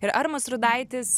ir armas rudaitis